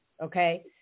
okay